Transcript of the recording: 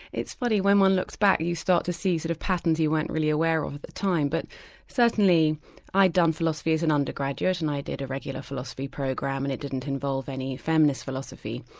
it's funny when one looks back, you start to see sort of patterns you weren't really aware of at the time but certainly i'd done philosophy as an and undergraduate and i did a regular philosophy program, and it didn't involve any feminist philosophy,